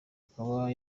akaba